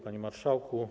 Panie Marszałku!